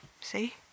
See